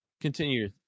Continue